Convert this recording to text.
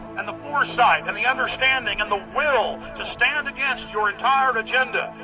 and the foresight, and the understanding and the will to stand against your entire agenda,